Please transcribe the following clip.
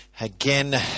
again